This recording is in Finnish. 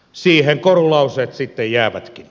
siihen korulauseet sitten jäävätkin